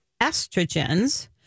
estrogens